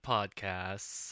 Podcasts